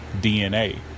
DNA